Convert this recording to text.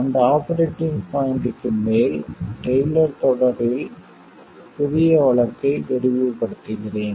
அந்த ஆபரேட்டிங் பாய்ண்ட்க்கு மேல் டெய்லர் தொடரில் புதிய வழக்கை விரிவுபடுத்துகிறேன்